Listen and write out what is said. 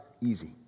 easy